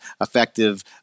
effective